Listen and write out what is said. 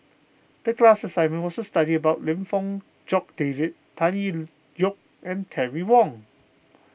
the class assignment was to study about Lim Fong Jock David Tan Tee Yoke and Terry Wong